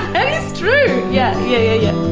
that is true, yeah yeah yes!